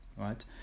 right